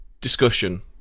discussion